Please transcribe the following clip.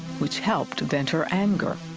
which helped vent her anger.